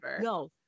no